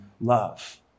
love